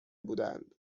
بودند